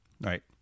Right